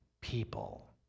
people